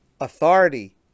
authority